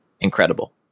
incredible